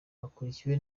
akurikiwe